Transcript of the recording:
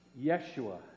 Yeshua